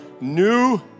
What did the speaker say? new